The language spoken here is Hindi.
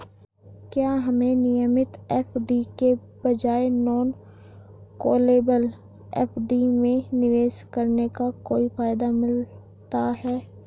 क्या हमें नियमित एफ.डी के बजाय नॉन कॉलेबल एफ.डी में निवेश करने का कोई फायदा मिलता है?